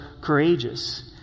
courageous